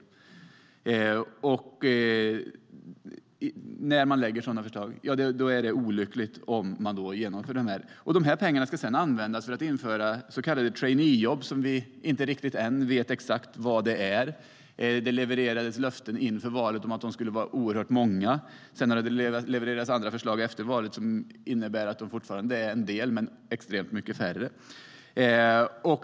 Det är olyckligt om man genomför sådana förslag. Dessa pengar ska sedan användas för att införa så kallade traineejobb, vilket vi inte riktigt vet exakt vad det är än. Inför valet levererades löften om att de skulle vara oerhört många, och sedan levererades andra förslag efter valet som innebar att de fortfarande finns men är extremt mycket färre.